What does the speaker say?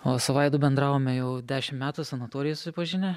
o su vaidu bendravome jau dešimt metų sanatorijoje susipažinę